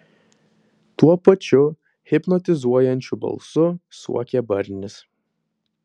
tuo pačiu hipnotizuojančiu balsu suokė barnis